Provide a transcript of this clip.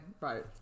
right